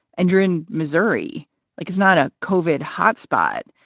and you're in missouri like is not a cauvin hotspot.